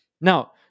Now